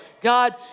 God